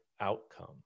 outcome